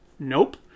Nope